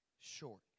short